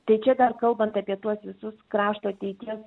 tai čia dar kalbant apie tuos visus krašto ateities